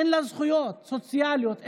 אין לה זכויות סוציאליות,